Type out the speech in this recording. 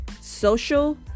social